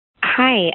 Hi